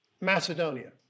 Macedonia